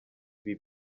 ibi